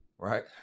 right